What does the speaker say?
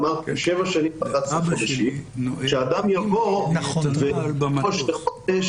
אמרתם שבע שנים ו-11 חודשים שאדם יבוא ויפרוש לחודש